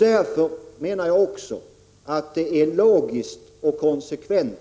Jag menar också att det är logiskt och konsekvent